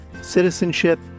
citizenship